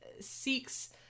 seeks